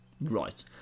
Right